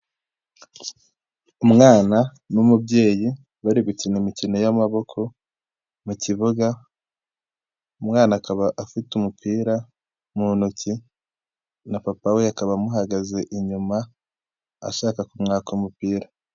Umwana n'umubyeyi bari gukina imikino y'amaboko mu kibuga, umwana akaba afite umupira mu ntoki na papa we akaba amuhagaze inyuma ashaka kumwaka umupira.